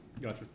Gotcha